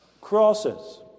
crosses